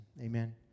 amen